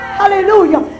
hallelujah